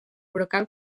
brocal